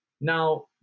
Now